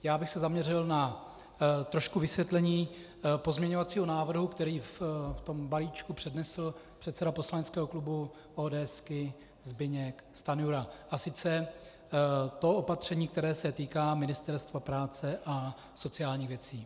Já bych se zaměřil na trošku vysvětlení pozměňovacího návrhu, který v tom balíčku přednesl předseda poslaneckého klubu ODS Zbyněk Stanjura, a sice to opatření, které se týká Ministerstva práce a sociálních věcí.